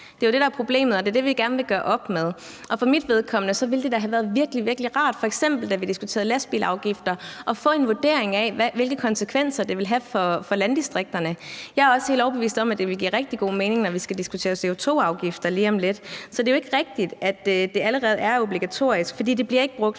der er problemet, og det er det, vi gerne vil gøre op med. For mit vedkommende ville det da have været virkelig, virkelig rart, f.eks. da vi diskuterede lastbilafgifter, at få en vurdering af, hvilke konsekvenser det ville have for landdistrikterne. Jeg er også helt overbevist om, at det vil give rigtig god mening, når vi skal diskutere CO2-afgifter lige om lidt. Så det er jo ikke rigtigt, at det allerede er obligatorisk, for det bliver ikke brugt,